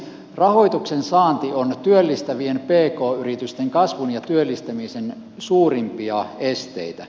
rahoituksen saanti on työllistävien pk yritysten kasvun ja työllistämisen suurimpia esteitä